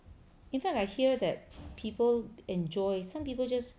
in fact I hear that people enjoy some people just